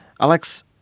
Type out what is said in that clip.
Alex